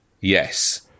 Yes